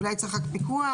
אולי צריך רק פיקוח?